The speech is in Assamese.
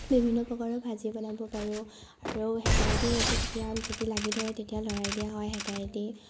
বিভিন্ন প্ৰকাৰৰ ভাজি বনাব পাৰোঁ আৰু হেতাইদি যেতিয়া হেইবোৰ লাগি ধৰে তেতিয়া লৰাই দিয়া হয় হেতাই দি